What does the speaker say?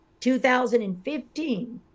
2015